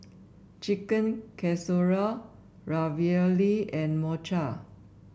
Chicken Casserole Ravioli and Mochi